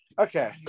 okay